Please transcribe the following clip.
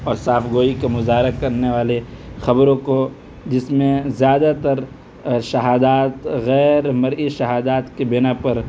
اور صاف گوئی کے مظاہرہ کرنے والے خبروں کو جس میں زیادہ تر شہادات غیرمرئی شہادات کی بنا پر